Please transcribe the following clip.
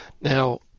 Now